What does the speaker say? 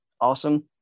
awesome